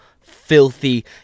filthy